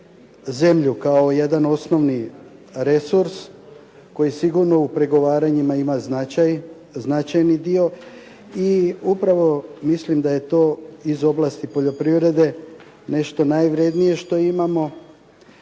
zemlju kao jedan osnovni resurs koji sigurno u pregovaranjima ima značajni dio i upravo mislim da je to iz oblasti poljoprivrede nešto najvrednije što imamo,